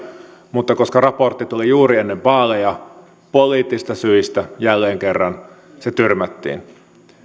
mutta koska raportti tuli juuri ennen vaaleja poliittisista syistä jälleen kerran se tyrmättiin